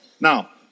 Now